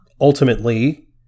ultimately